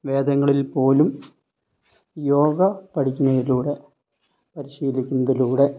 വേദങ്ങളിൽ പോലും യോഗ പഠിക്കുന്നതിലൂടെ പരിശീലിക്കുന്നതിലൂടെ